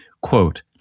quote